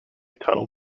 tunnel